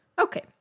Okay